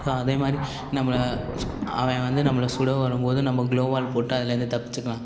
அதா அதே மாதிரி நம்மளை சு அவன் வந்து நம்மளை சுட வரும்போது நம்ம க்ளோ வால் போட்டு அதிலேருந்து தப்பிச்சுக்கலாம்